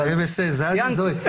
ציינתי.